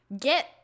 get